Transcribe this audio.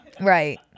Right